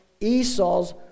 Esau's